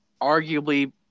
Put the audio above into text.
arguably